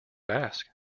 ask